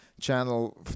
channel